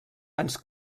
ens